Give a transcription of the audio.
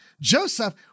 Joseph